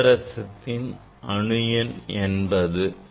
பாதரசத்தின் அணு எண் 80 ஆகும்